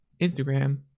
instagram